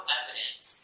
evidence